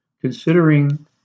considering